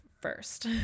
first